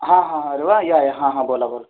हां हां हां अरे वा या या हां हां बोला बोला